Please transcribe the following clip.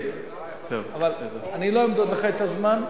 אבל אני לא אמדוד לך את הזמן,